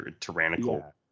tyrannical